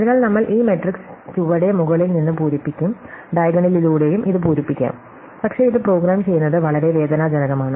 അതിനാൽ നമ്മൾ ഈ മാട്രിക്സ് ചുവടെ മുകളിൽ നിന്ന് പൂരിപ്പിക്കും ഡയഗണലിലൂടെയും ഇത് പൂരിപ്പിക്കാം പക്ഷേ ഇത് പ്രോഗ്രാം ചെയ്യുന്നത് വളരെ വേദനാജനകമാണ്